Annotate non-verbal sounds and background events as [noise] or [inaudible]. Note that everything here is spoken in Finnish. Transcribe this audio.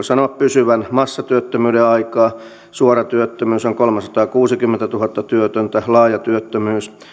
[unintelligible] sanoa pysyvän massatyöttömyyden aikaa suora työttömyys on kolmesataakuusikymmentätuhatta työtöntä laaja työttömyys